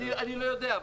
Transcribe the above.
אני לא יודע,